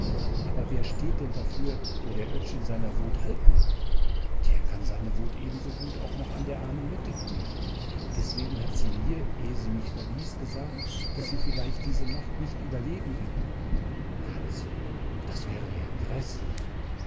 aber wer steht denn dafür wo der oetsch in seiner wut haltmacht der kann seine wut ebensogut auch noch an der armen mette kühlen deswegen hat sie mir ehe sie mich verließ gesagt daß sie vielleicht diese nacht nicht überleben wird katzel das wäre ja gräßlich